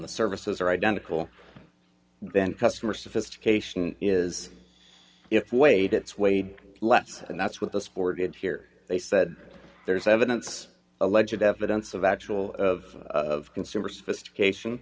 the services are identical then customer sophistication is if weighed it's weighed less and that's what the sport did here they said there's evidence allegedly evidence of actual of of consumer sophistication